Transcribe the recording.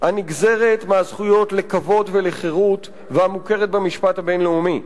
הנגזרת מהזכויות לכבוד ולחירות והמוכרת במשפט הבין-לאומי.